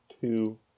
two